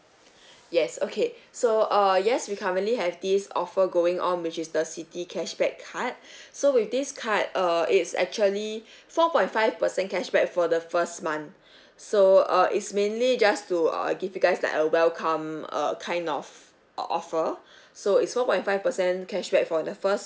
yes okay so err yes we currently have this offer going on which is the citi cashback card so with this card err it's actually four point five percent cashback for the first month so uh is mainly just to uh give you guys like a welcome uh kind of o~ offer so it's four point five percent cashback for the first